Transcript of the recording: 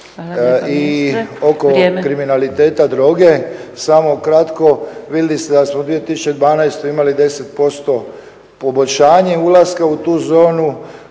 I oko kriminaliteta droge samo kratko. Vidjeli ste da smo u 2012. imali 10% poboljšanje ulaska u tu zonu.